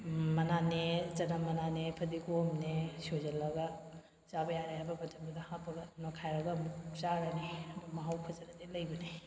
ꯃꯅꯥꯅꯦ ꯆꯅꯝ ꯃꯅꯥꯅꯦ ꯐꯗꯤꯒꯣꯝꯅꯦ ꯁꯣꯏꯖꯤꯜꯂꯒ ꯆꯥꯕ ꯌꯥꯔꯦ ꯍꯥꯏꯕ ꯃꯇꯝꯗꯨꯒ ꯍꯥꯞꯄꯒ ꯅꯣꯏꯈꯥꯏꯔꯒ ꯑꯃꯨꯛ ꯆꯥꯔꯅꯤ ꯃꯍꯥꯎ ꯐꯖꯅꯗꯤ ꯂꯩꯕꯅꯤ